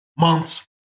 months